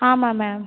ஆமாம் மேம்